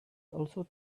also